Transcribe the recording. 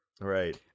Right